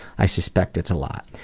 i suspect it's a lot.